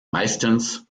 meistens